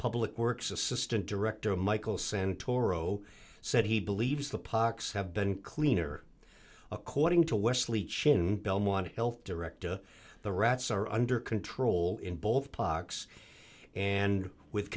public works assistant director michael santoro said he believes the pox have been cleaner according to wesley chin belmont health director the rats are under control in both pox and with